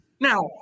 Now